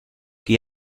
qui